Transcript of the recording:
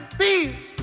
please